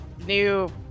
new